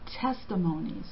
testimonies